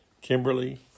Kimberly